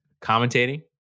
commentating